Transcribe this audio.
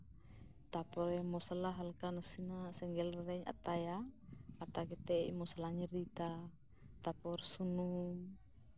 ᱛᱟᱨᱯᱚᱨᱮ ᱢᱚᱥᱞᱟ ᱦᱟᱞᱠᱟ ᱱᱟᱥᱮᱱᱟᱜ ᱥᱮᱸᱜᱮᱞ ᱨᱤᱧ ᱟᱛᱟᱭᱟ ᱟᱛᱟ ᱠᱟᱛᱮ ᱢᱚᱥᱞᱟᱧ ᱨᱤᱫᱟ ᱛᱟᱯᱚᱨ ᱥᱩᱱᱩᱢ